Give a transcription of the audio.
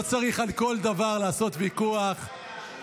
לא צריך לעשות ויכוח על כל דבר.